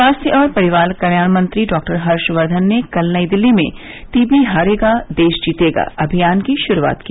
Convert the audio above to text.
स्वास्थ्य और परिवार कत्याण मंत्री डॉक्टर हर्षकर्धन ने कल नई दिल्ली में टीवी हारेगा देश जीतेगा अभियान की श्रूआत की